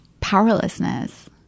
powerlessness